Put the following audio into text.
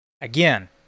Again